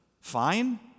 Fine